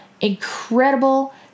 incredible